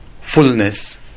fullness